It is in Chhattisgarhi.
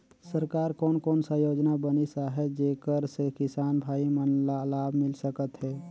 सरकार कोन कोन सा योजना बनिस आहाय जेकर से किसान भाई मन ला लाभ मिल सकथ हे?